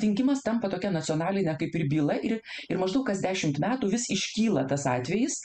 dingimas tampa tokia nacionaline kaip ir byla ir ir maždaug kas dešimt metų vis iškyla tas atvejis